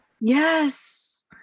yes